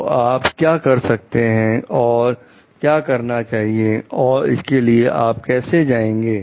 तो आप क्या कर सकते हैं और क्या करना चाहिए और इसके लिए आप कैसे जाएंगे